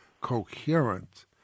coherent